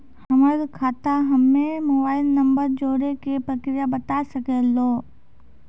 हमर खाता हम्मे मोबाइल नंबर जोड़े के प्रक्रिया बता सकें लू?